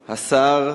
השר,